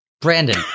Brandon